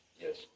yes